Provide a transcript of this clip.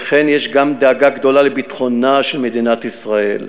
וכן יש גם דאגה גדולה לביטחונה של מדינת ישראל,